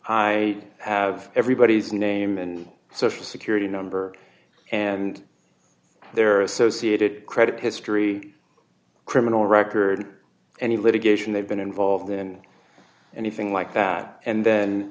i have everybody's name and social security number and their associated credit history criminal record any litigation they've been involved in anything like that and then